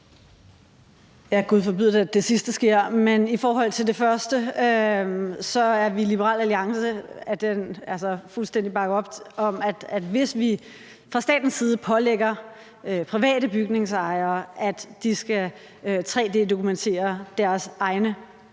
Ja, gud forbyde, at det sidste sker. Men i forhold til det første bakker vi i Liberal Alliance fuldstændig op om, at hvis vi fra statens side pålægger private bygningsejere, at de skal tre-d-dokumentere deres egne